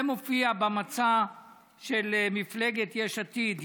זה מופיע במצע של מפלגת יש עתיד.